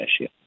issue